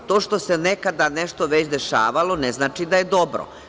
To što se nekada nešto već dešavalo, ne znači da je dobro.